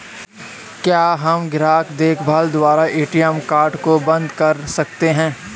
क्या हम ग्राहक देखभाल द्वारा ए.टी.एम कार्ड को बंद करा सकते हैं?